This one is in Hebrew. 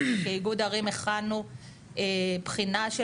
אנחנו באיגוד ערים הכנו בחינה של